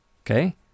Okay